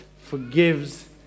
forgives